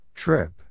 trip